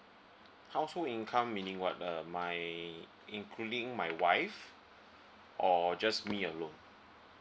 household income meaning what uh my including my wife or just me alone